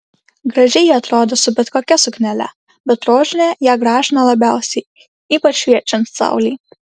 gražiai ji atrodė su bet kokia suknele bet rožinė ją gražino labiausiai ypač šviečiant saulei